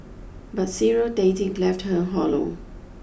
but serial dating left her hollow